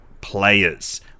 players